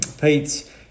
Pete